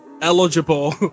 Eligible